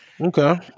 Okay